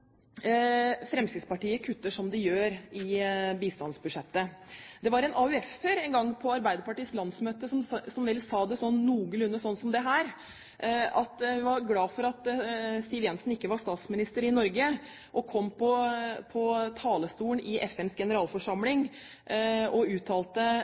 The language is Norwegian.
Fremskrittspartiet kutter som de gjør i bistandsbudsjettet. Det var en AUF-er en gang på Arbeiderpartiets landsmøte som vel sa det sånn noenlunde som dette, at vedkommende var glad for at Siv Jensen ikke var statsminister i Norge og kom på talerstolen i FNs generalforsamling og uttalte: